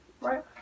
Right